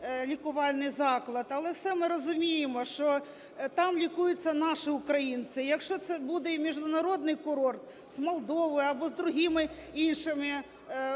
але всі ми розуміємо, що там лікуються наші українці. , якщо це буде і міжнародний курорт з Молдовою або з другими,